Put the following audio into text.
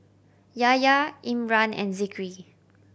Yahya Imran and Zikri